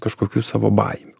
kažkokių savo baimių